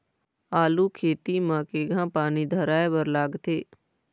आलू खेती म केघा पानी धराए बर लागथे?